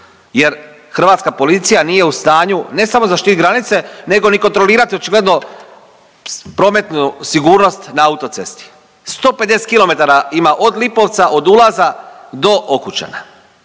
jer hrvatska policija nije u stanju, ne samo zaštititi granice nego ni kontrolirati očigledno prometnu sigurnost na autocesti. 150 km ima od Lipovca, od ulaza do Okučana